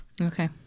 Okay